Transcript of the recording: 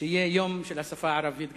שיהיה גם יום של השפה הערבית.